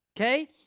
Okay